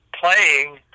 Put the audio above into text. playing